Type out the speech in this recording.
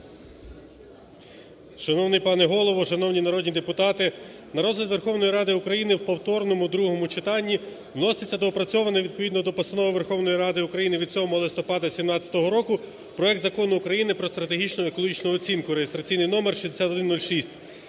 Шановний пане Голово! Шановні народні депутати! На розгляд Верховної Ради України в повторному другому читанні вноситься доопрацьований відповідно до Постанови Верховної Ради України від 7 листопада 2017 року проект Закону України про стратегічну оцінку (реєстраційний номер 6106).